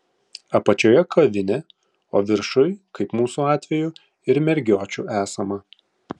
apačioje kavinė o viršuj kaip mūsų atveju ir mergiočių esama